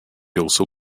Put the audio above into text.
also